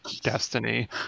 Destiny